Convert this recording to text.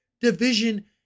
division